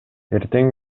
эртең